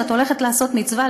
שאת הולכת לעשות מצווה,